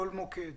כל מוקד,